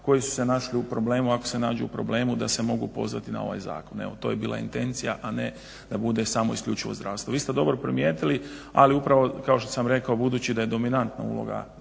koje su se našle u problemu ako se nađu u problemu da se mogu pozvati na ovaj zakon. Evo to je bila intencija a ne da bude isključivo samo zdravstvo. Vi ste dobro primijetili, ali upravo kao što sam rekao budući da je dominantna uloga